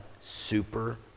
super